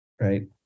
Right